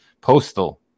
Postal